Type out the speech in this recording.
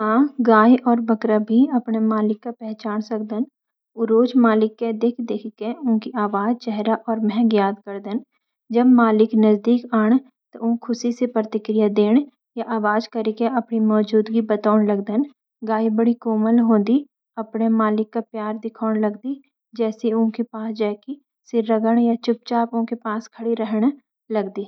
हाँ, गाय और बकरा भी अपने मालिक का पहचान सकदन। उ रोज मालिक का देख-देखिके उनकी आवाज, चेहरा और महक याद करदन। जब मालिक नजदीक आणा, त उ खुशी से प्रतिक्रिया देण, या आवाज करिके अपन मौजूदगी बतौण लगदन। गाय बड्डी कोमल ह्वेकि अपने मालिक का प्यार दिखौण लगदी, जैंसि उनके पास जाकि सिर रगड़णा या चुपचाप उनके पास खड़ि रहणा।